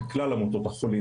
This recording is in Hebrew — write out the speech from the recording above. מייצגים את כלל עמותות החולים.